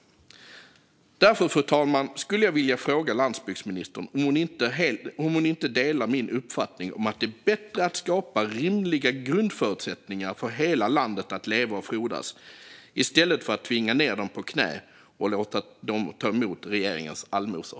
Fru talman! Delar inte landsbygdsministern min uppfattning att det är bättre att skapa rimliga grundförutsättningar för hela landet att leva och frodas i stället för att tvinga ned människor på knä och låta dem ta emot regeringens allmosor?